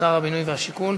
שר הבינוי והשיכון.